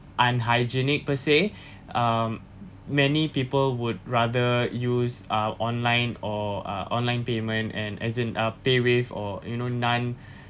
unhygienic per se um many people would rather use ah online or ah online payment and as in a paywave or you know non